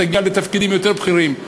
תגיע לתפקידים יותר בכירים.